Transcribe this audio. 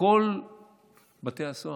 בכל בתי הסוהר,